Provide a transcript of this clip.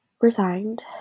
resigned